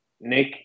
Nick